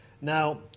Now